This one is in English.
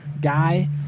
guy